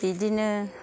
बिदिनो